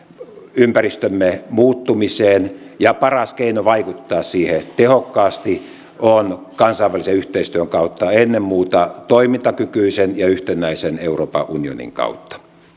ympäristömme muuttumiseen ja paras keino vaikuttaa siihen tehokkaasti on vaikuttaa kansainvälisen yhteistyön kautta ennen muuta toimintakykyisen ja yhtenäisen euroopan unionin kautta